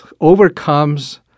overcomes